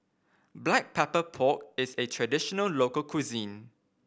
Black Pepper Pork is a traditional local cuisine